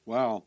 Wow